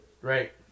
Right